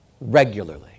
regularly